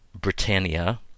Britannia